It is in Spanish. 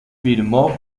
firmó